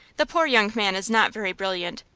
the poor young man is not very brilliant,